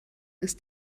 ist